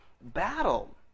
battle